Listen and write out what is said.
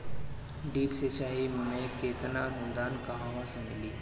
Drip सिंचाई मे केतना अनुदान कहवा से मिली?